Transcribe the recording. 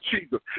Jesus